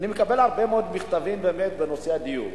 אני מקבל הרבה מאוד מכתבים בנושא הדיור,